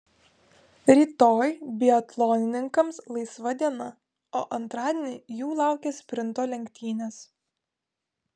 rytoj biatlonininkams laisva diena o antradienį jų laukia sprinto lenktynės